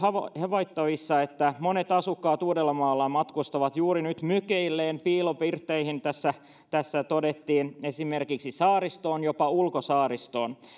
havaittavissa että monet asukkaat uudeltamaalta matkustavat juuri nyt mökeilleen piilopirtteihin näin tässä todettiin esimerkiksi saaristoon jopa ulkosaaristoon